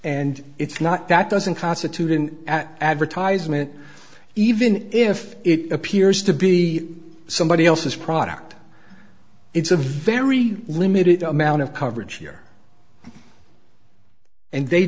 and it's not that doesn't constitute an advertisement even if it appears to be somebody else's product it's a very limited amount of coverage here and they